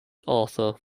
arthur